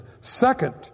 Second